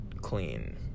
clean